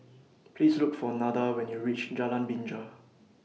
Please Look For Nada when YOU REACH Jalan Binja